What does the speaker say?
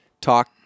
talk